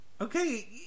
Okay